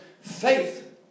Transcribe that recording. faith